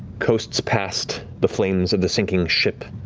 coasts past the flames of the sinking ship,